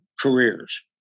careers